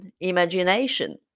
imagination